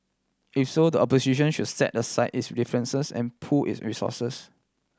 if so the opposition should set aside its differences and pool its resources